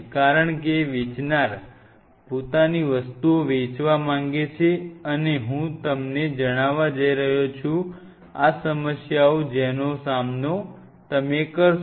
કારણ કે વેચનાર પોતાની વસ્તુઓ વેચવા માંગે છે હવે હું તમને જણાવવા જઈ રહ્યો છું આ સમસ્યાઓ જેનો તમે સામનો કર શો